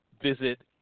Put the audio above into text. Visit